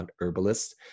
herbalist